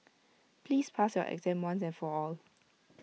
please pass your exam once and for all